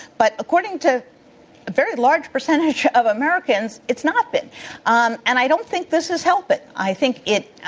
but according to a very large percentage of americans, it's not been um and i don't think this is helping. i think it